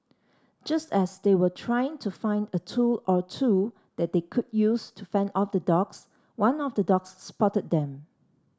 just as they were trying to find a tool or two that they could use to fend off the dogs one of the dogs spotted them